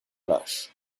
lâche